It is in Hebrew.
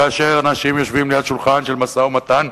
כאשר אנשים יושבים ליד שולחן של משא-ומתן,